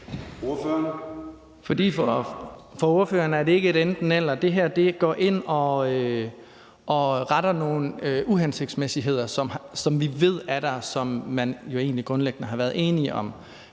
for ordføreren ikke er et enten-eller. Det her går ind og retter nogle uhensigtsmæssigheder, som vi ved er der, og hvad man jo egentlig grundlæggende har været enige om.